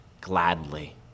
gladly